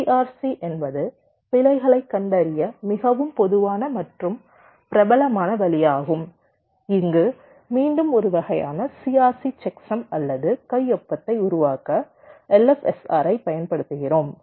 CRC என்பது பிழைகளைக் கண்டறிய மிகவும் பொதுவான மற்றும் பிரபலமான வழியாகும் இங்கு மீண்டும் ஒரு வகையான CRC செக்சம் அல்லது கையொப்பத்தை உருவாக்க LFSR ஐ பயன்படுத்துகிறோம்